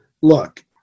look